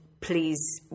please